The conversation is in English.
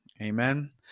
amen